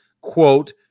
quote